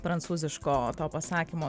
prancūziško to pasakymo